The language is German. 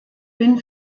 bin